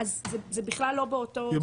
זה בכלל לא באותו סדר גודל.